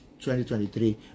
2023